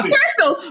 Crystal